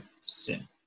sin